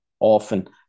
often